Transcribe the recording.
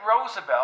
Roosevelt